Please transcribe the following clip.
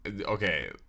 Okay